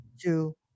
two